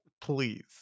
please